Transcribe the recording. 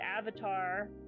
Avatar